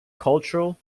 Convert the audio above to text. cultural